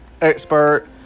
expert